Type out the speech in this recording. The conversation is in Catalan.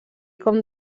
com